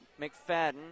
McFadden